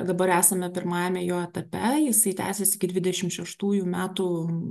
dabar esame pirmajame jo etape jisai tęsis iki dvidešimt šeštųjų metų